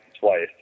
twice